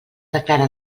declare